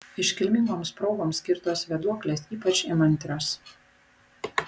iškilmingoms progoms skirtos vėduoklės ypač įmantrios